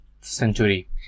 century